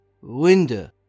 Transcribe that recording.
window